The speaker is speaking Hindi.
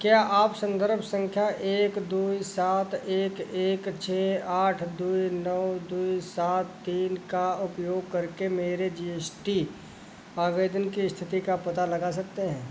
क्या आप संदर्भ संख्या एक दो सात एक एक छः आठ दो नौ दो सात तीन का उपयोग करके मेरे जी एस टी आवेदन की स्थिति का पता लगा सकते हैं